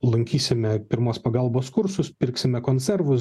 lankysime pirmos pagalbos kursus pirksime konservus